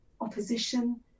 opposition